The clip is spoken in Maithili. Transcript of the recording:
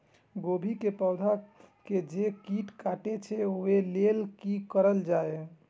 गोभी के पौधा के जे कीट कटे छे वे के लेल की करल जाय?